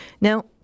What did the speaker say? Now